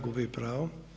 Gubi pravo.